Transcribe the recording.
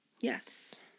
Yes